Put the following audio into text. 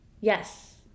Yes